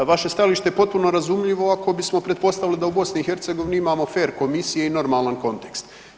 Vaše stajalište je potpuno razumljivo ako bismo pretpostavili da u BiH imamo fer komisije i normalan kontekst.